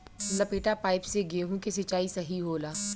लपेटा पाइप से गेहूँ के सिचाई सही होला?